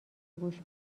گوش